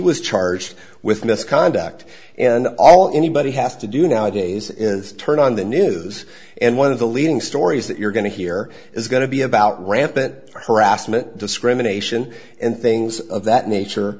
was charged with misconduct and all anybody has to do nowadays is turn on the news and one of the leading stories that you're going to hear is going to be about rampant harassment discrimination and things of that nature